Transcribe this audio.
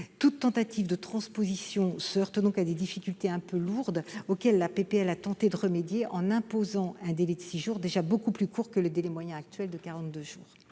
Toute tentative de transposition se heurte donc à des difficultés un peu lourdes, auxquelles la proposition de loi a tenté de remédier en imposant un délai de six jours, déjà bien plus court que le délai moyen actuel de